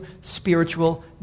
spiritual